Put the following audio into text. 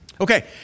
Okay